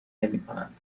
نمیکنند